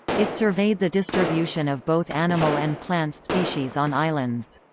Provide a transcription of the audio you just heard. it surveyed the distribution of both animal and plant species on islands.